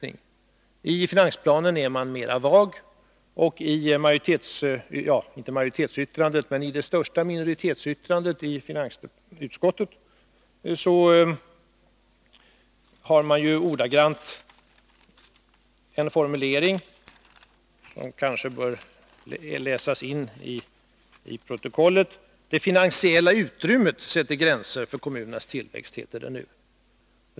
I finansplanen är man mera vag, och i det största minoritetsyttrandet i finansutskottet använder man en formulering som ordagrant bör läsas in i protokollet. ”Det finansiella utrymmet sätter gränser för kommunernas tillväxt”, heter det nu.